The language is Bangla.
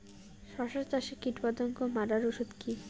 শসা চাষে কীটপতঙ্গ মারার ওষুধ কি?